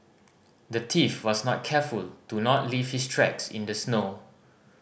the thief was not careful to not leave his tracks in the snow